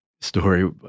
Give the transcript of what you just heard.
story